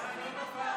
לא שומעים.